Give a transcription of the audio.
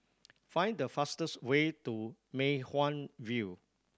find the fastest way to Mei Hwan View